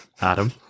Adam